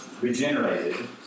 regenerated